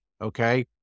okay